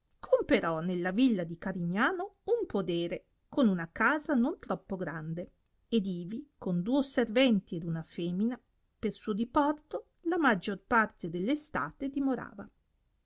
comperò nella villa di carignano un podere con una casa non troppo grande ed ivi con duo serventi ed una femina per suo diporto la maggior parte della state dimorava